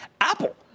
Apple